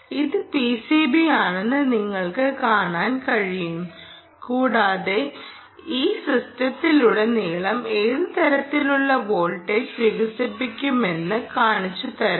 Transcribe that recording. ഇത് പിസിബി ആണെന്ന് നിങ്ങൾക്ക് കാണാൻ കഴിയും കൂടാതെ ഈ സിസ്റ്റത്തിലുടനീളം ഏത് തരത്തിലുള്ള വോൾട്ടേജ് വികസിക്കുന്നുവെന്ന് കാണിച്ചുതരാം